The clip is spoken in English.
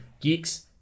geeks